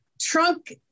trunk